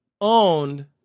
owned